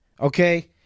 okay